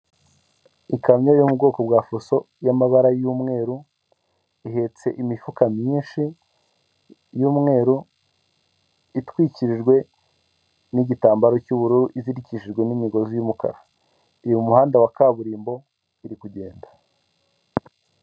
Ikamyo yo mu bwoko bwa fuso y'amabara y'umweru, ihetse imifuka myinshi y'umweru itwikirijwe n'igitambaro cy'ubururu izirikishijwe n'imigozi y'umukara, iri mu muhanda wa kaburimbo iri kugenda.